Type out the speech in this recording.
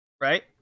right